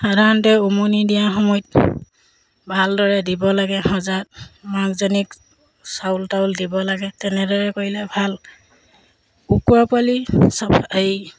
সাধাৰণতে উমনি দিয়া সময়ত ভালদৰে দিব লাগে সজাত মাকজনীক চাউল তাউল দিব লাগে তেনেদৰে কৰিলে ভাল কুকুৰা পোৱালি চাফা এই